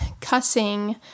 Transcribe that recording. cussing